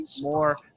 more